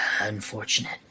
Unfortunate